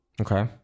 okay